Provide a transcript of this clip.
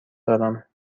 دارم